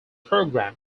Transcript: program